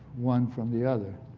one from the other.